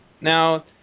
Now